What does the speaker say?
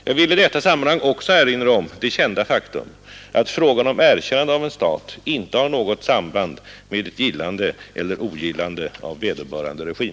Jag vill i detta sammanhang också erinra om det kända faktum att frågan om erkännande av en stat inte har något samband med ett gillande eller ogillande av vederbörande regim.